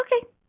okay